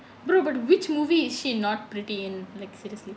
bro but which movie is she not pretty in like seriously